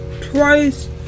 twice